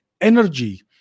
energy